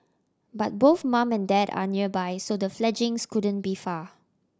but both mum and dad are nearby so the fledglings couldn't be far